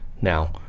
now